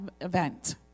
event